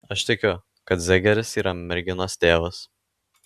aš tikiu kad zegeris yra merginos tėvas